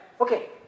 okay